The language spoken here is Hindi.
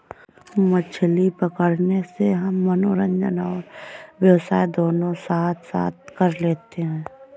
मछली पकड़ने से हम मनोरंजन और व्यवसाय दोनों साथ साथ कर लेते हैं